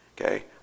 okay